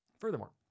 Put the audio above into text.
Furthermore